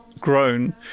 grown